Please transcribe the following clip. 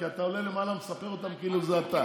כי אתה עולה למעלה ומספר אותן כאילו זה אתה,